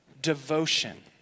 devotion